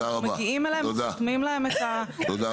אנחנו מגיעים אליהם וסותמים להם את ה-capacity.